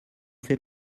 fait